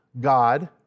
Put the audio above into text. God